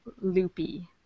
loopy